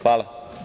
Hvala.